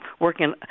working